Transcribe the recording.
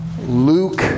Luke